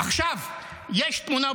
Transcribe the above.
עכשיו יש תמונה,